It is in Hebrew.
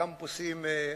קמפוסים,